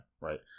Right